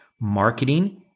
marketing